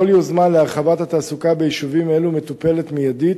כל יוזמה להרחבת התעסוקה ביישובים אלו מטופלת מיידית.